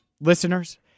listeners